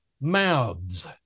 mouths